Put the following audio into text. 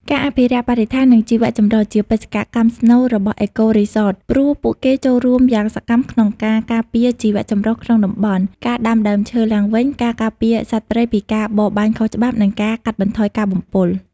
ការអភិរក្សបរិស្ថាន និងជីវៈចម្រុះជាបេសកកម្មស្នូលរបស់ អេកូរីសត ព្រោះពួកគេចូលរួមយ៉ាងសកម្មក្នុងការការពារជីវៈចម្រុះក្នុងតំបន់ ការដាំដើមឈើឡើងវិញ ការការពារសត្វព្រៃពីការបរបាញ់ខុសច្បាប់ និងការកាត់បន្ថយការបំពុល។